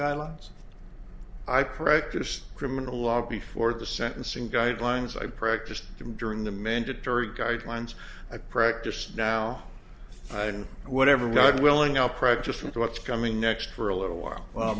guidelines i practiced criminal law before the sentencing guidelines i practiced during the mandatory guidelines i practiced now and whatever god willing i'll practice with what's coming next for a little while